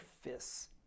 fists